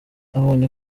abonye